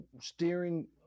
steering